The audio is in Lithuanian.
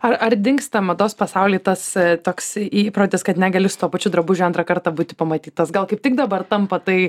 ar ar dingsta mados pasauly tas toks įprotis kad negali su tuo pačiu drabužiu antrą kartą būti pamatytas gal kaip tik dabar tampa tai